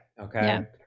Okay